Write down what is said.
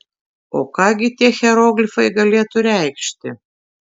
o ką gi tie hieroglifai galėtų reikšti